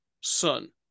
son